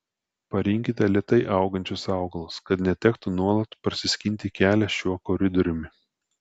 parinkite lėtai augančius augalus kad netektų nuolat prasiskinti kelią šiuo koridoriumi